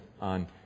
on